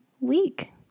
week